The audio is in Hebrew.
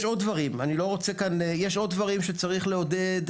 יש עוד דברים שצריך לעודד